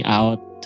out